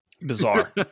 bizarre